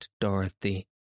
Dorothy